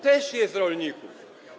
Też jest rolników.